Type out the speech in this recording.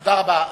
תודה רבה.